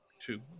two